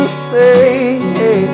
say